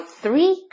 three